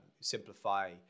simplify